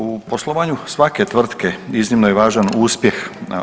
U poslovanju svake tvrtke iznimno je važan uspjeh.